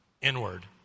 inward